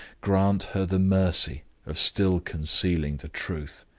grant her the mercy of still concealing the truth.